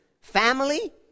family